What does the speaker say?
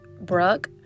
Brooke